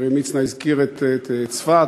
חברי מצנע הזכיר את צפת,